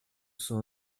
sont